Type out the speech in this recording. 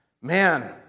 man